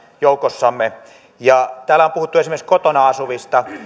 joukossamme kun täällä on puhuttu esimerkiksi kotona asuvista